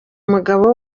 umugabo